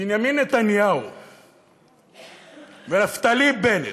בנימין נתניהו ונפתלי בנט,